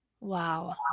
Wow